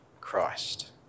Christ